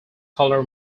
colour